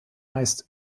meist